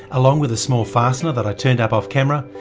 along with small fastener that i turned up off camera,